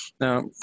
Now